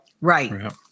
Right